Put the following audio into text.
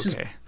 okay